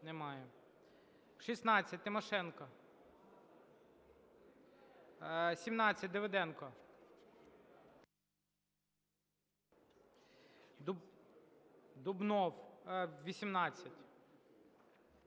Немає. 16, Тимошенко. 17, Давиденко. Дубнов, 18.